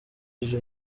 iri